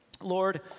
Lord